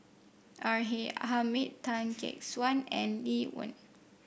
R A Hamid Tan Gek Suan and Lee Wen